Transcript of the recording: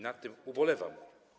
Nad tym ubolewam.